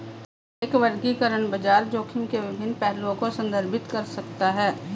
प्रत्येक वर्गीकरण बाजार जोखिम के विभिन्न पहलुओं को संदर्भित कर सकता है